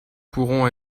pourront